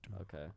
Okay